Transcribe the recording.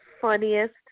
funniest